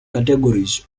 categories